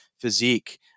physique